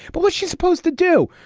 but what she's supposed to do,